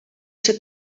ser